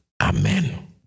Amen